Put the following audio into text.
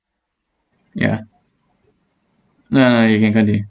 ya no no no you can continue